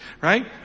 right